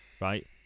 right